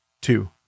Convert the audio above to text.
Two